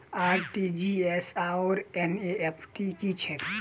RTGS आओर NEFT की छैक?